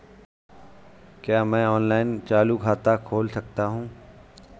क्या मैं ऑनलाइन चालू खाता खोल सकता हूँ?